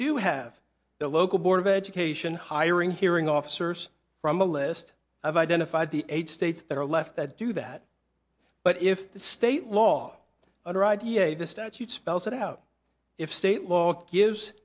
do have their local board of education hiring hearing officers from a list i've identified the eight states that are left that do that but if the state law or idea of the statute spells it out if state law gives